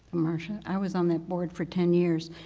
marsha, i was on the board for ten years,